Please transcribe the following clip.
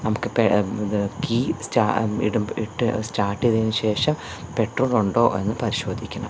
നമുക്ക് പേ ഇത് കി സ്റ്റാ ഇടുമ്പോൾ ഇട്ട് സ്റ്റാർട്ട് ചെയ്തതിനു ശേഷം പെട്രോൾ ഉണ്ടോ എന്നു പരിശോധിക്കണം